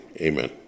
Amen